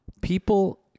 People